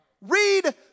Read